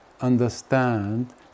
understand